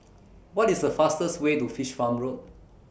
What IS The fastest Way to Fish Farm Road